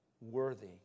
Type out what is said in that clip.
worthy